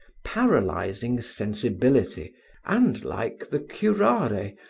paralyzing sensibility and like the curare,